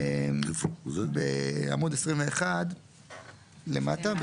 בעמוד 21 למטה,